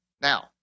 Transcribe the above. now